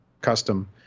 custom